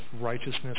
righteousness